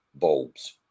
bulbs